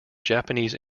japanese